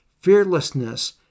fearlessness